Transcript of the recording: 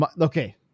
Okay